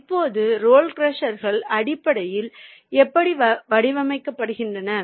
இப்போது ரோல் க்ரஷர்கள் அடிப்படையில் எப்படி வடிவமைக்கப்படுகின்றன